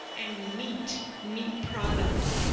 and meat, meat products,